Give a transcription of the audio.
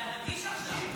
זה רגיש עכשיו.